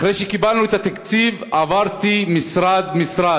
אחרי שקיבלנו את התקציב, עברתי משרד-משרד